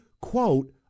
quote